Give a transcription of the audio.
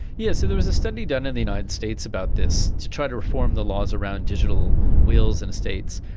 yes, so there was a study done in the united states about this, to try to reform the laws around digital wills and estates.